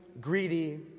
greedy